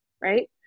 Right